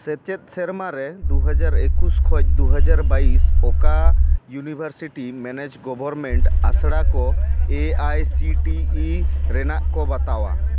ᱥᱮᱪᱮᱫ ᱥᱮᱨᱢᱟ ᱨᱮ ᱫᱩᱦᱟᱡᱟᱨ ᱮᱠᱩᱥ ᱠᱷᱚᱡ ᱫᱩᱦᱟᱡᱟᱨ ᱵᱟᱭᱤᱥ ᱚᱠᱟ ᱤᱭᱩᱱᱤᱵᱷᱟᱨᱥᱤᱴᱤ ᱢᱮᱱᱮᱡᱽ ᱜᱚᱵᱷᱚᱨᱢᱮᱱᱴ ᱟᱥᱲᱟ ᱠᱚ A I C T E ᱨᱮᱱᱟᱜ ᱠᱚ ᱵᱟᱛᱟᱣᱟ